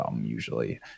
usually